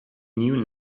knew